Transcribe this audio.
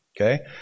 okay